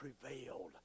prevailed